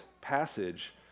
passage